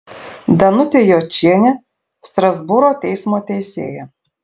danutė jočienė strasbūro teismo teisėja